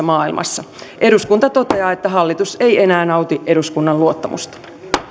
maailmassa eduskunta toteaa että hallitus ei enää nauti eduskunnan luottamusta